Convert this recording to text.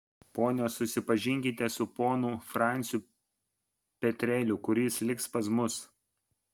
ponios susipažinkite su ponu franciu petreliu kuris liks pas mus